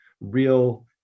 real